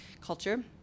culture